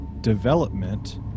development